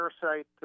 parasite